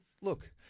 look